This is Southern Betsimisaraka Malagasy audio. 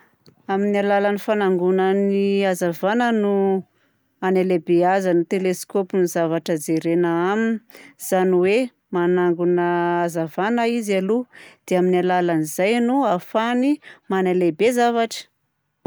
Amin'ny alalan'ny fanangonany hazavana no hanalebiazan'ny teleskaopy ny zavatra jerena aminy. Izany hoe manangona hazavana izy aloha dia amin'ny alalan'izay no ahafahany manalehibe zavatra.